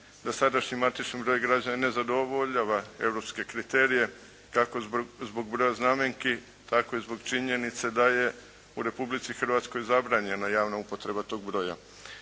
da sadašnji matični broj građana ne zadovoljava europske kriterije kako zbog broja znamenki tako i zbog činjenice da je u Republici Hrvatskoj zabranjena javna upotreba toga broja.